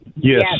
Yes